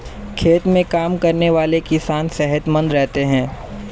खेत में काम करने वाले किसान सेहतमंद रहते हैं